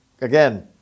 again